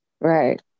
Right